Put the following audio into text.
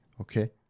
okay